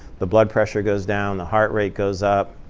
the blood pressure goes down, the heart rate goes up,